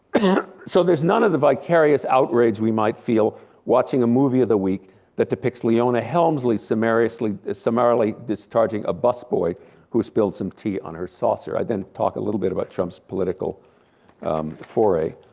so there's none of the vicarious outrage we might feel watching a movie of the week that depicts leona helmsley summarily summarily discharging a busboy who spilled some tea on her saucer. i then talk a little bit about trump's political foray.